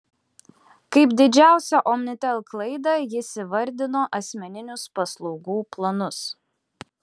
kaip didžiausią omnitel klaidą jis įvardino asmeninius paslaugų planus